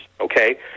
okay